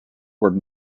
were